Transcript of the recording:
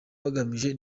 bagamije